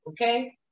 okay